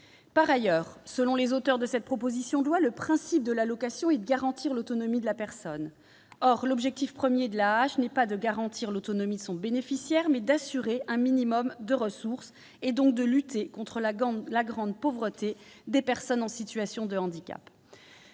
Par ailleurs, selon ces mêmes auteurs, le principe de l'allocation est de garantir l'autonomie de la personne. Or l'objectif premier de l'AAH est non pas de garantir l'autonomie de son bénéficiaire, mais d'« assurer un minimum de ressources », donc de lutter contre la grande pauvreté des personnes en situation de handicap.